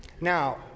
Now